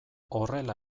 horrela